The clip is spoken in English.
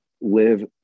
live